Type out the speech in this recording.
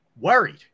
Worried